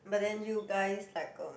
but then you guys like um